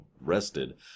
rested